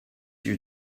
your